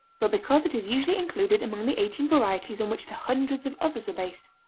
but because it is usually included among the eighteen varieties on which the hundreds of others are based.